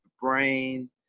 brain